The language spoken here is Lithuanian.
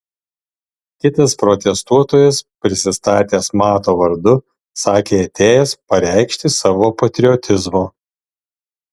kitas protestuotojas prisistatęs mato vardu sakė atėjęs pareikšti savo patriotizmo